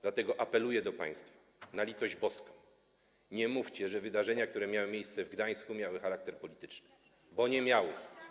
Dlatego apeluję do państwa: na litość boską, nie mówcie, że wydarzenia, które miały miejsce w Gdańsku, miały charakter polityczny, bo nie miały.